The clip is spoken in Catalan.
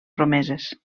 promeses